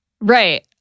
right